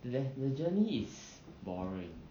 the the journey is boring